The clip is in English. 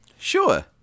sure